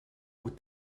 aux